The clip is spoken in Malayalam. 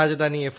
രാജധാനി എഫ്